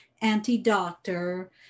anti-doctor